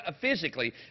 physically